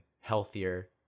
healthier